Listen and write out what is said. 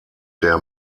der